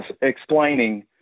explaining